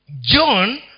John